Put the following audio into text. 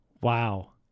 Wow